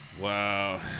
Wow